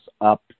up